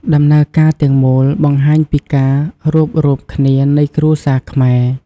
ដំណើរការទាំងមូលបង្ហាញពីការរួបរួមគ្នានៃគ្រួសារខ្មែរ។